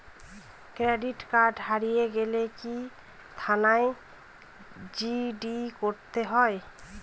Credit card হারিয়ে গেলে কি থানায় জি.ডি করতে হয়?